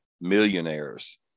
Millionaires